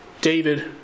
David